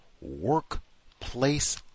workplace